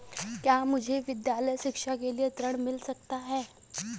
क्या मुझे विद्यालय शिक्षा के लिए ऋण मिल सकता है?